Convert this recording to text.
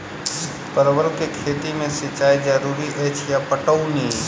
परवल केँ खेती मे सिंचाई जरूरी अछि या पटौनी?